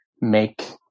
make